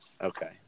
okay